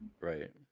Right